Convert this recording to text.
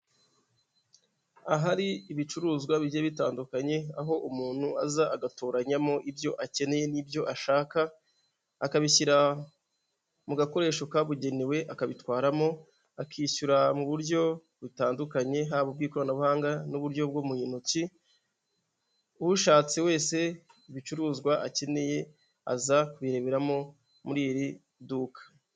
Ahari ibicuruzwa bigiye bitandukanye, aho umuntu aza agatoranyamo ibyo akeneye n'ibyo ashaka, akabishyira mu gakoresho kabugenewe akabitwaramo, akishyura mu buryo butandukanye haba ubw'ikoranabuhanga n'uburyo bwo mu ntoki, ushatse wese ibicuruzwa akeneye aza kubireberamo muri iri duka.